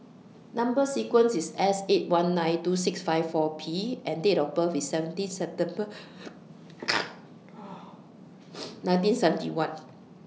Number sequence IS S eight one nine two six five four P and Date of birth IS seventeen September nineteen seventy one